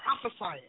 prophesying